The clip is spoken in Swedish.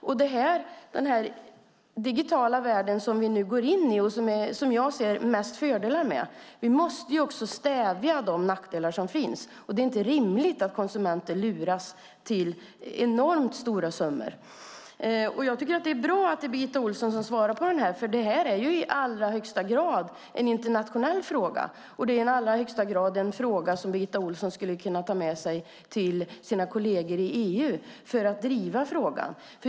När vi nu går in i den digitala världen, som jag mest ser fördelar med, måste vi samtidigt stävja de nackdelar som finns. Det är inte rimligt att konsumenter luras på mycket stora summor. Det är bra att det är Birgitta Ohlsson som svarar på interpellationen, för detta är i allra högsta grad en internationell fråga och något som Birgitta Ohlsson skulle kunna ta med sig till sina kolleger i EU för att där driva frågan.